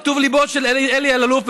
בטוב ליבו של אלי אלאלוף,